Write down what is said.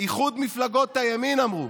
איחוד מפלגות הימין אמרו: